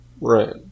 Right